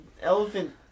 elephant